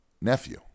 nephew